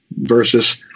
versus